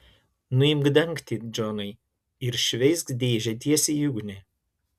nuimk dangtį džonai ir šveisk dėžę tiesiai į ugnį